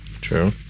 True